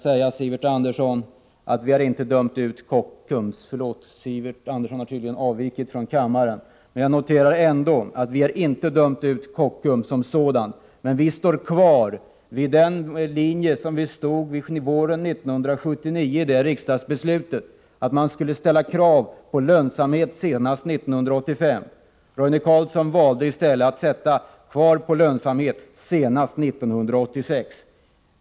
Sivert Andersson har tydligen avvikit från kammaren, men jag noterar ändå att vi inte har dömt ut Kockums som sådant. Vi står kvar på samma linje som vi stod på vid riksdagsbeslutet våren 1979, vilket innebär att man skulle ställa krav på lönsamhet senast 1985. Roine Carlsson valde i stället att ställa krav på lönsamhet senast 1986.